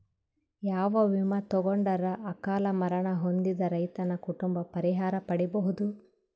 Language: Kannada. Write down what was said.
ಯಾವ ವಿಮಾ ತೊಗೊಂಡರ ಅಕಾಲ ಮರಣ ಹೊಂದಿದ ರೈತನ ಕುಟುಂಬ ಪರಿಹಾರ ಪಡಿಬಹುದು?